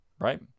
right